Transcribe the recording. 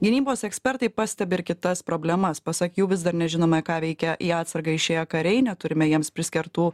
gynybos ekspertai pastebi ir kitas problemas pasak jų vis dar nežinome ką veikia į atsargą išėję kariai neturime jiems priskirtų